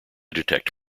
detect